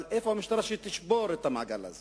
אבל איפה המשטרה שתשבור את המעגל הזה